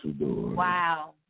Wow